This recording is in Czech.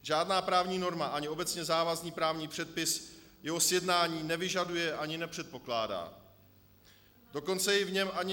Žádná právní norma ani obecně závazný právní předpis jeho sjednání nevyžaduje ani nepředpokládá, dokonce jej v něm ani nezmocňuje.